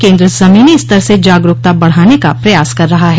केन्द्र जमीनी स्तर से जागरूकता बढ़ाने का प्रयास कर रहा है